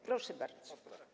Proszę bardzo.